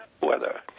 weather